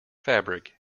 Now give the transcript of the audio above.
fabric